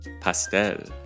Pastel